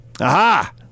Aha